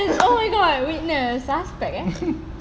oh my god witness suspect eh